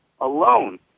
alone